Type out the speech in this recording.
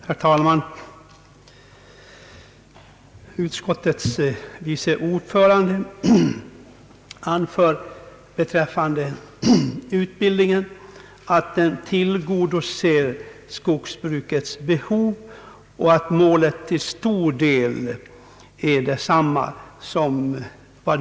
Herr talman! Utskottets vice ordförande anför beträffande utbildningen att den tillgodoser skogsbrukets behov, och att målet till stor del är detsamma som nu.